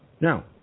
now